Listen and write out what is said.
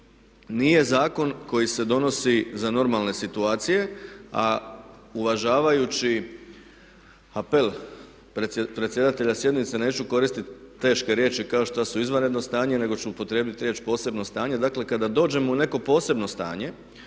nije zakon koji se donosi za normalne situacije a uvažavajući apel predsjedatelja sjednice, neću koristi teške riječi kao što su izvanredno stanje, nego ću upotrijebiti riječ posebno stanje. Dakle kada dođemo u neko posebno stanje